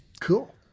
Cool